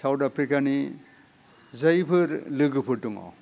south आफ्रिकानि जायफोर लोगोफोर दङ